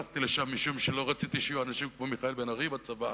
אבל הלכתי לשם משום שלא רציתי שיהיו אנשים כמו מיכאל בן-ארי בצבא,